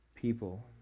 people